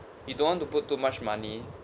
you don't want to put too much money